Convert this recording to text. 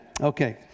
Okay